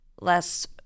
less